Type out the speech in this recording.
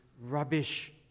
rubbish